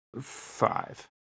Five